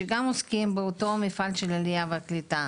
שגם עוסקים באותו מפעל של עלייה וקליטה,